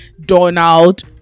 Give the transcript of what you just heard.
Donald